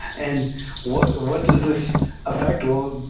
and what and what does this affect? well,